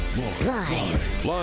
Live